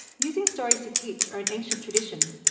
using stories to teach are an ancient tradition,